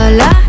la